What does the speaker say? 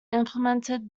implemented